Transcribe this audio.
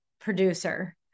producer